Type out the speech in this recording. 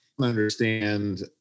understand